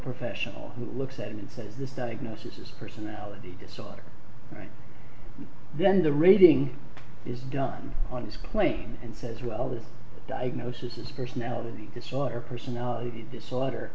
professional who looks at him and says this diagnosis is a personality disorder right then the reading is done on this plane and says well the diagnosis is personality disorder personality disorder